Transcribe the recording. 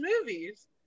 movies